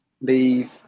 Leave